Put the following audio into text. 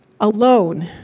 alone